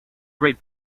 great